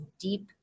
deep